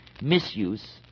misuse